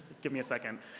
give me a second.